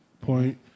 point